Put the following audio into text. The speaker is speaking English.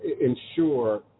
ensure